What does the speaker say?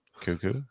Cuckoo